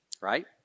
right